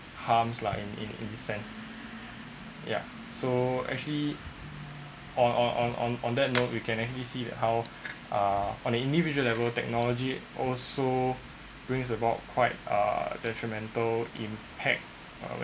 harms like in any sense ya so actually on on on on on that note you can actually see that how uh on an individual level technology also brings about quite uh detrimental impact